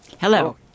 hello